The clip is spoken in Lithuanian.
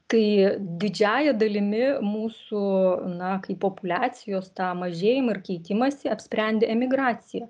tai didžiąja dalimi mūsų na kaip populiacijos tą mažėjimą ir keitimąsi apsprendė emigracija